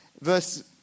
verse